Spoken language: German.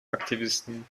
aktivisten